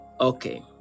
okay